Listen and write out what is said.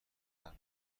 قرار